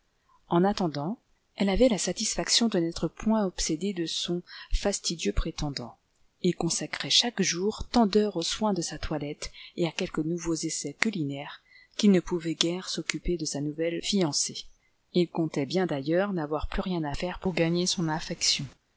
en attendant clic avait la satisfaction de n'être point obsédée de son fastidieux prétendant il consacrait chaque jour tant d'heures aux soins de sa toilette et à quelques nouveaux essais culinaires qu'il ne pouvait guère s'occuper de sa belle fiancée il comptait bien d'ailleurs n'avoir plus rien à faire pour gagner son affection